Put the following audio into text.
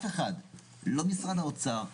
לא משרד האוצר,